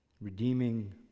Redeeming